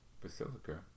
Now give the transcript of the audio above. Basilica